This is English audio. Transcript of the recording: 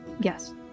Yes